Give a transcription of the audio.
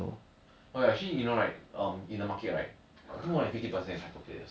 ya but as a five he's actually fucking strong eh he's